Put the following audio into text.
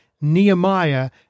Nehemiah